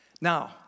Now